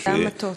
את ההמתות.